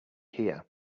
here